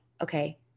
okay